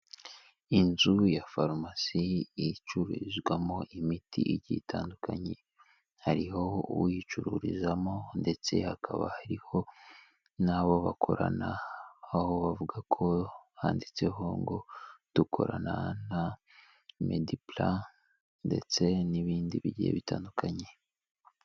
Inzu ya farumasi icururizwamo imiti igiye itandukanye, hariho uyicururizamo ndetse hakaba hariho n'abo bakorana, aho bavuga ko handitseho ngo dukorana na Mediplan ndetse n'ibindi bigiye bitandukanye.